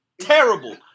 terrible